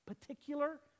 particular